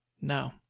no